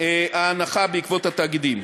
ההנחה בעקבות עניין התאגידים.